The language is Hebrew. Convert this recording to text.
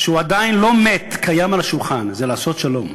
שעדיין לא מת, שקיים על השולחן, זה לעשות שלום,